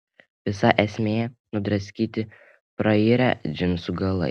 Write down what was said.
visa esmė nudraskyti prairę džinsų galai